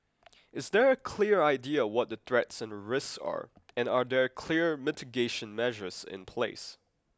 is there a clear idea what the threats and the risks are and are there clear mitigation measures in place